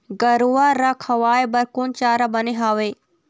गरवा रा खवाए बर कोन चारा बने हावे?